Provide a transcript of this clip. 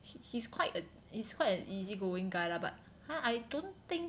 he he's quite a he's quite an easy going guy lah but !huh! I don't think